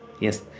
yes